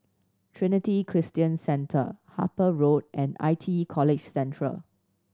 Trinity Christian Centre Harper Road and I T E College Central